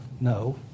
No